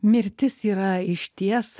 mirtis yra išties